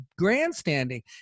grandstanding